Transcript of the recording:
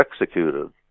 executed